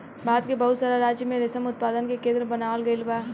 भारत के बहुत सारा राज्य में रेशम उत्पादन के केंद्र बनावल गईल बा